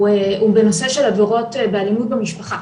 הוא בנושא של עבירות באלימות במשפחה